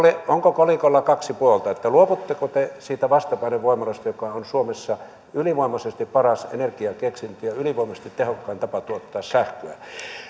onko kolikolla kaksi puolta luovutteko te niistä vastapainevoimaloista jotka ovat suomessa ylivoimaisesti paras energiakeksintö ja ylivoimaisesti tehokkain tapa tuottaa sähköä